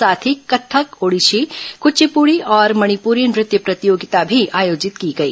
साथ ही कत्थक ओडिशी कविपुड़ी और मणिपुरी नृत्य प्रतियोगिता भी आयोजित की गई